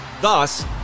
Thus